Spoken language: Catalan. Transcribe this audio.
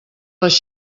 les